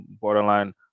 borderline